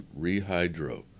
rehydro